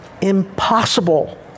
impossible